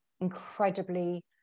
incredibly